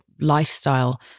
lifestyle